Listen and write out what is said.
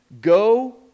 go